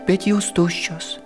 bet jūs tuščios